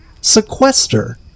Sequester